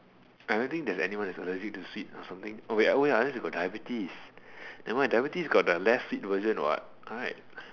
I don't think there's anyone who is allergic to sweets or something oh ya unless you got diabetes but ya diabetes got the less sweet version one what right